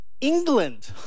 England